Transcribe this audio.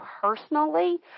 personally